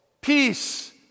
peace